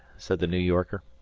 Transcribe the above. said the new yorker.